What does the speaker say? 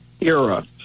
era